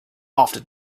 after